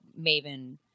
Maven